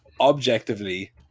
objectively